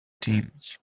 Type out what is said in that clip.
teams